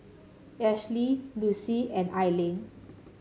Ashley Lucy and Aili